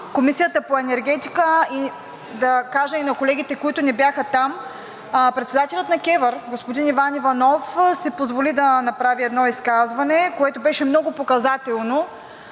Комисията по енергетика, а да кажа и на колегите, които не бяха там. Председателят на КЕВР – господин Иван Иванов, си позволи да направи едно изказване, което беше много показателно.